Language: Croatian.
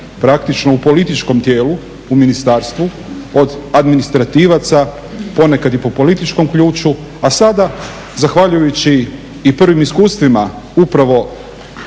praktično u političkom dijelu, u ministarstvu, od administrativaca, ponekad i po političkom ključu, a sada zahvaljujući i prvim iskustvima upravo